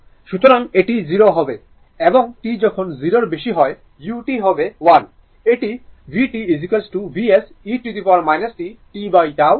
সুতরাং এটি 0 হবে এবং t যখন 0 এর বেশি হয় u হবে 1 এটি vt Vs e t tτ হবে